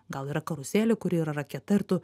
gal yra karuselė kuri yra raketa ir tu